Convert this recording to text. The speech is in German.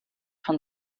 von